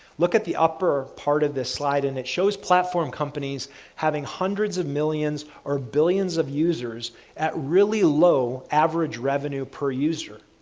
look at the upper part of this slide, and it shows platform companies having hundreds of millions or billions of users at really low average revenue per user.